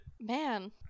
man